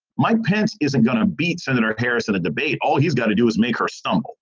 mike pence isn't going to beat senator harris in a debate. all he's got to do is make her stump.